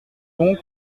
donc